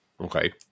Okay